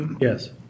Yes